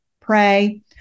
pray